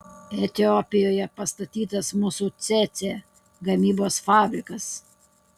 etiopijoje pastatytas musių cėcė gamybos fabrikas